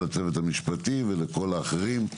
לצוות המשפטי ולכל האחרים.